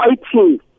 fighting